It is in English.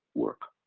work.